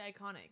iconic